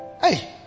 hey